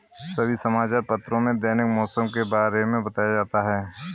सभी समाचार पत्रों में दैनिक मौसम के बारे में बताया जाता है